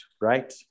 right